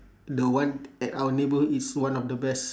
the one at our neighbourhood is one of the best